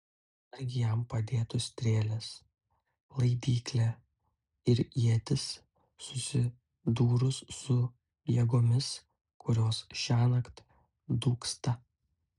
argi jam padėtų strėlės laidyklė ir ietis susidūrus su jėgomis kurios šiąnakt dūksta